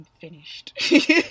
finished